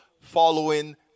following